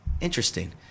Interesting